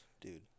dude